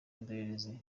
indorerezi